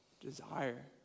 desire